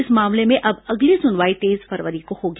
इस मामले में अब अगली सुनवाई तेईस फरवरी को होगी